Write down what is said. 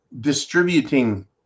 distributing